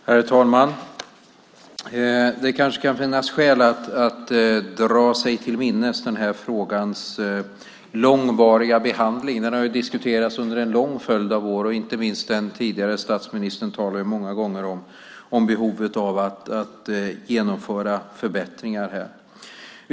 Herr talman! Det kanske kan finnas skäl att dra sig till minnes denna frågas långvariga behandling. Den har diskuterats under en lång följd av år, inte minst den tidigare statsministern talade många gånger om behovet av att genomföra förbättringar.